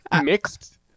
mixed